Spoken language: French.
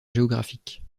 géographique